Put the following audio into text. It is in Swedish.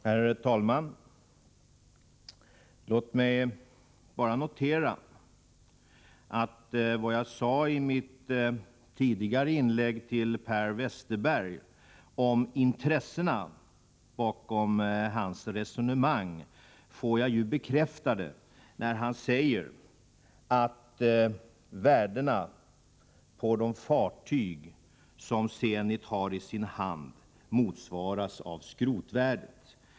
Herr talman! Låt mig bara notera att vad jag i mitt tidigare inlägg sade till Per Westerberg om intressena bakom hans resonemang får jag nu bekräftat, när Per Westerberg säger att värdet på de fartyg som Zenit har i sin hand motsvarar skrotvärdet.